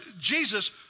Jesus